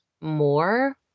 more